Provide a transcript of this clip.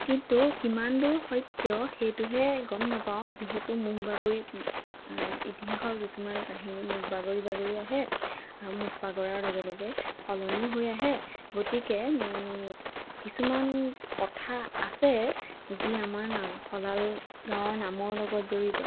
কিন্তু কিমান দূৰ সত্য সেইটোহে গম নাপাওঁ যিহেতু মুখ বাগৰি ইতিহাসৰ কিছুমান কাহিনী মুখ বাগৰি বাগৰি আহে আৰু মুখ বাগৰাৰ লগে লগে সলনিও হৈ আহে গতিকে কিছুমান কথা আছে যি আমাৰ নাম শলাল গাঁৱৰ নামৰ লগত জড়িত